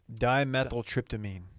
Dimethyltryptamine